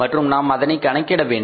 மற்றும் நாம் எதனை கணக்கிட வேண்டும்